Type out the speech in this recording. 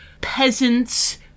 peasants